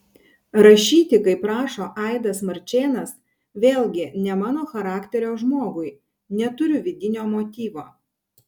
rašyti kaip rašo aidas marčėnas vėlgi ne mano charakterio žmogui neturiu vidinio motyvo